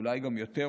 אולי גם יותר,